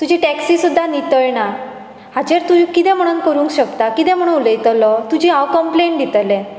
तुजी टॅक्सी सुद्धा नितळ ना हाचेर तूं कितें म्हणून करुंक शकता कितें म्हणून उलयतलो तुजी हांव कंप्लेंट दितलें